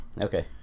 Okay